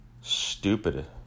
stupid